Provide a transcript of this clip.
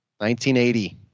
1980